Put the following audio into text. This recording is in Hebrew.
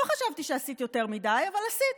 לא חשבתי שעשית יותר מדי, אבל עשית.